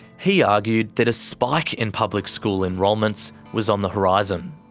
he argued that a spike in public school enrolments was on the horizon.